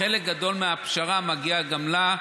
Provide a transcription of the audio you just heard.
חלק גדול מהפשרה מגיע גם לה,